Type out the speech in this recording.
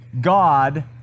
God